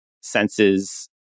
senses